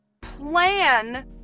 plan